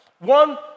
One